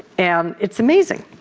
and it's amazing.